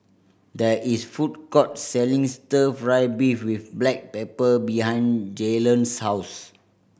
there is food court selling Stir Fry beef with black pepper behind Jaylon's house